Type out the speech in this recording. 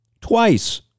twice